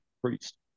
priest